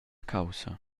caussa